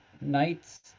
nights